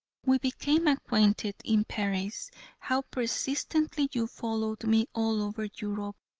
we became acquainted in paris how persistently you followed me all over europe,